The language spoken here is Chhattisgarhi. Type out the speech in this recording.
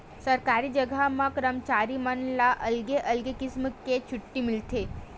सरकारी जघा म करमचारी मन ला अलगे अलगे किसम के छुट्टी मिलथे